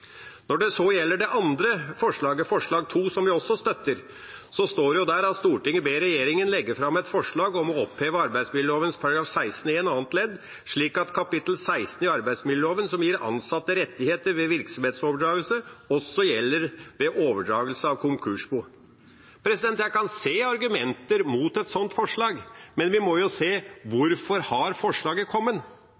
når vi ser brutaliteten både i konkurransen og i norsk arbeidsliv. Når det gjelder forslag nr. 2, som vi også støtter, står det: «Stortinget ber regjeringen legge frem et forslag om å oppheve arbeidsmiljøloven § 16-1 annet ledd, slik at kapittel 16 i arbeidsmiljøloven, som gir ansatte rettigheter ved virksomhetsoverdragelse, også gjelder ved overdragelse fra konkursbo.» Jeg kan se argumenter mot et slikt forslag, men vi må se på følgende: Hvorfor har forslaget kommet? Jo,